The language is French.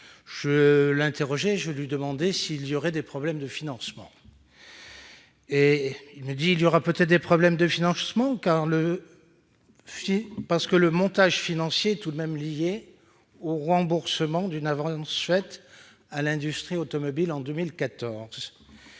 de ce projet et lui demandais s'il y aurait des problèmes de financement, celui-ci m'avait répondu :« Il y aura peut-être des problèmes de financement, car le montage financier est tout de même lié au remboursement d'une avance faite à l'industrie automobile en 2014.